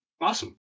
Awesome